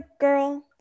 girl